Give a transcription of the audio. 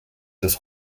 des